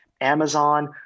Amazon